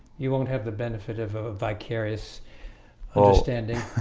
you won't have the benefit of a vicarious all standing.